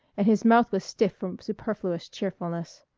and his mouth was stiff from superfluous cheerfulness.